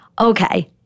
okay